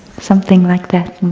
something like that.